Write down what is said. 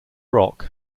rock